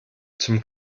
zum